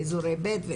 ואזורי בי"ת,